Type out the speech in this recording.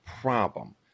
problem